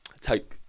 take